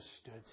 stood